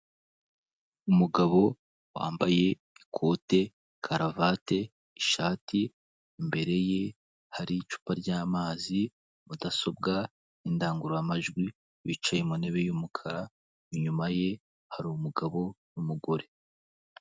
Umugabo wambaye ikote, karavate, ishati, imbere ye hari icupa ry'amazi, mudasobwa, indangururamajwi, bicaye mu ntebe y'umukara, inyuma ye hari umugabo n'umugore.